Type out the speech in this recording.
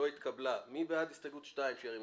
הצבעה בעד 2 נגד